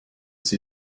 sie